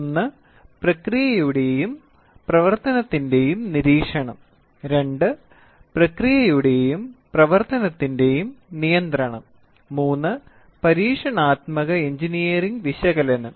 1 പ്രക്രിയയുടെയും പ്രവർത്തനത്തിന്റെയും നിരീക്ഷണം 2 പ്രക്രിയയുടെയും പ്രവർത്തനത്തിന്റെയും നിയന്ത്രണം 3 പരീക്ഷണാത്മക എഞ്ചിനീയറിംഗ് വിശകലനം